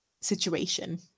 situation